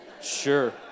Sure